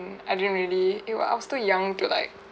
I didn't really it was I was too young to like